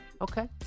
Okay